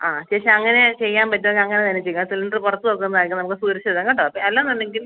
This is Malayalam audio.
ആ ചേച്ചി അങ്ങനെ ചെയ്യാൻ പറ്റുമെങ്കിൽ അങ്ങനെ തന്നെ ചെയ്യ് ആ സിലിണ്ടറ് പുറത്ത് വെക്കുന്നതായിരിക്കും നമുക്ക് സുരഷിതം കേട്ടോ അല്ലാ എന്നുണ്ടെങ്കിൽ